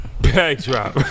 Backdrop